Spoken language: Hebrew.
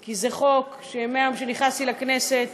כי זה חוק שמהיום שנכנסתי לכנסת